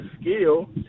skill